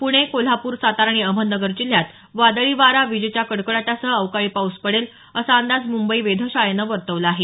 पुणे कोल्हापूर सातारा आणि अहमदनगर जिल्ह्यात वादली वारा वीजेच्या कडकडाटासह अवकाळी पाऊस पडेल असा अंदाज मुंबई वेधशाळेनं वर्तवला आहे